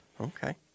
Okay